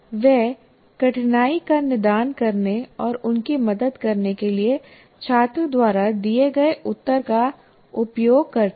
वह कठिनाई का निदान करने और उनकी मदद करने के लिए छात्र द्वारा दिए गए उत्तर का उपयोग करती है